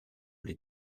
les